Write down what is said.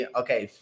okay